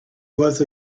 was